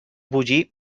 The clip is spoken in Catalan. bullir